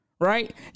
right